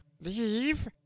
leave